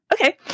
Okay